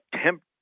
attempt